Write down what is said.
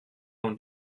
own